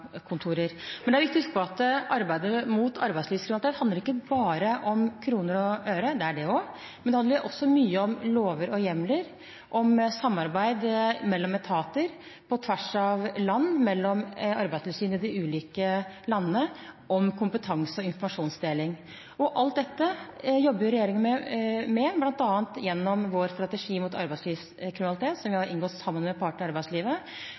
SUA-kontorer. Men det er viktig å huske på at arbeidet mot arbeidslivskriminalitet ikke bare handler om kroner og øre. Det gjør det også, men det handler også mye om lover og hjemler, om samarbeid mellom etater på tvers av land, mellom arbeidstilsyn i de ulike landene, om kompetanse- og informasjonsdeling. Alt dette jobber regjeringen med, bl.a. gjennom vår strategi mot arbeidslivskriminalitet som vi har inngått sammen med partene i arbeidslivet,